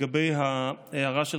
לגבי ההערה שלך,